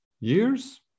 years